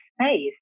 space